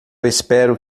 espero